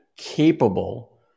capable